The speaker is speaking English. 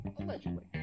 allegedly